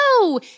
No